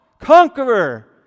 conqueror